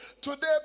Today